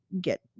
get